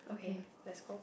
okay let's go